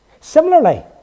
Similarly